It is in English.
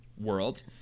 world